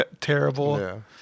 terrible